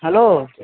hello